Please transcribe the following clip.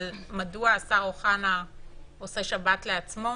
מדוע השר אוחנה עושה שבת לעצמו